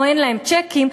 או אין להם צ'קים,